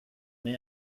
men